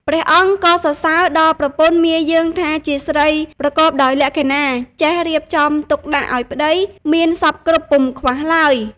ព្រះអង្គក៏សរសើរដល់ប្រពន្ធមាយើងថាជាស្រីប្រកបដោយលក្ខិណាចេះរៀបចំទុកដាក់ឱ្យប្តីមានសព្វគ្រប់ពុំខ្វះឡើយ។